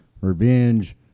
revenge